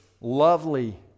lovely